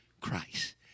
Christ